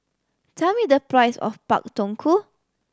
tell me the price of Pak Thong Ko